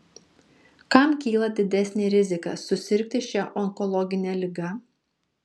kam kyla didesnė rizika susirgti šia onkologine liga